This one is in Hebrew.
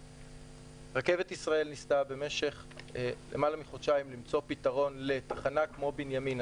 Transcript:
רכבת ישראל ניסתה במשך למעלה מחודשיים למצוא פתרון לתחנה כמו בנימינה,